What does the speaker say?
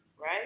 right